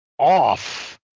off